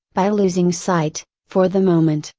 by losing sight, for the moment,